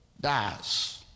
dies